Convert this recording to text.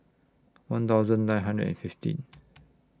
one thousand nine hundred and fifteen